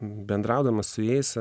bendraudamas su jais